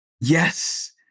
yes